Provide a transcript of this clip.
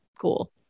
cool